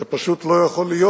זה פשוט לא יכול להיות.